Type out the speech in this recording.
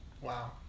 Wow